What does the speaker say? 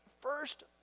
first